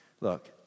look